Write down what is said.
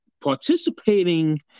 participating